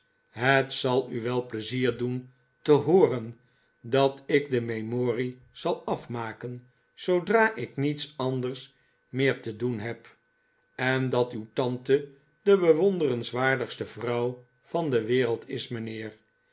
het zal u wel pleizier doen te hooren dat ik de memorie zal afmaken zoodra ik niets anders meer te doen heb en dat uw tante de bewonderenswaardigste vrouw van de wereld is mijnheer